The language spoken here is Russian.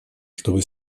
чтобы